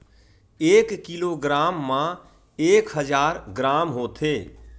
एक किलोग्राम मा एक हजार ग्राम होथे